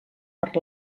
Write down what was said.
per